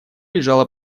лежала